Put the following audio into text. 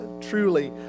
truly